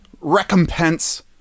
recompense